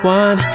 one